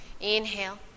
Inhale